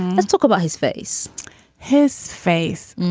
let's talk about his face his face